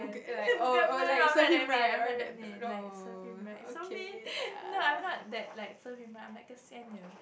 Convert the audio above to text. no no no I'm not that mean I'm not that mean like serve him right so mean no I'm not that like serve him right I'm like a